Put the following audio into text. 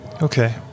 Okay